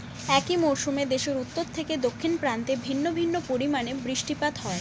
একই মরশুমে দেশের উত্তর থেকে দক্ষিণ প্রান্তে ভিন্ন ভিন্ন পরিমাণে বৃষ্টিপাত হয়